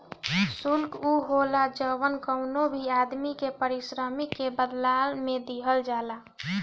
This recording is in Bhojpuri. शुल्क उ होला जवन कवनो भी आदमी के पारिश्रमिक के बदला में दिहल जाला